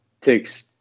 takes